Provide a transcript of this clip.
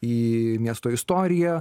į miesto istoriją